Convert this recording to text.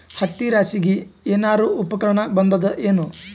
ಹತ್ತಿ ರಾಶಿಗಿ ಏನಾರು ಉಪಕರಣ ಬಂದದ ಏನು?